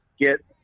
get